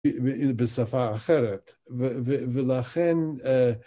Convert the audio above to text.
בשפה אחרת, ולכן